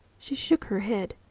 she shook her head.